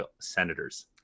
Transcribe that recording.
Senators